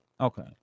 Okay